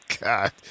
God